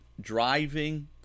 driving